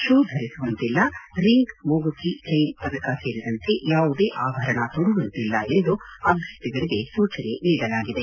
shoe ಧರಿಸುವಂತಿಲ್ಲ ring ಮೂಗುತಿ chain ಪದಕ ಸೇರಿದಂತೆ ಯಾವುದೇ ಆಭರಣ ತೊಡುವಂತಿಲ್ಲ ಎಂದು ಅಭ್ವರ್ಥಿಗಳಿಗೆ ಸೂಚನೆ ನೀಡಲಾಗಿದೆ